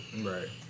Right